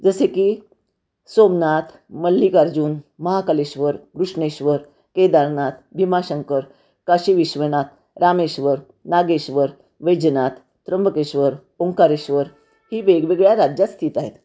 जसे की सोमनाथ मल्लिकार्जून महाकालेश्वर घृष्णेश्वर केदारनाथ भीमाशंकर काशीविश्वनाथ रामेश्वर नागेश्वर वैद्यनाथ त्रंबकेश्वर ओंकारेश्वर ही वेगवेगळ्या राज्यात स्थित आहेत